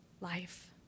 life